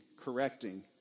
correcting